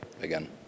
again